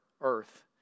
earth